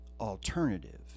alternative